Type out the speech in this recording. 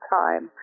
time